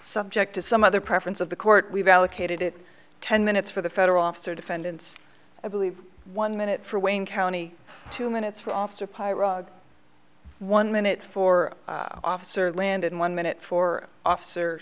subject to some other preference of the court we've allocated it ten minutes for the federal officer defendants i believe one minute for wayne county two minutes for officer pyro one minute for officer land and one minute for officer